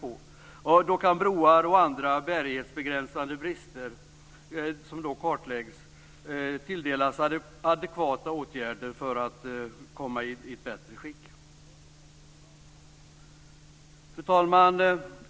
För att åtgärda brister i broar och andra bärighetsbegränsande brister som då kartläggs kan adekvata åtgärder sättas in. Fru talman!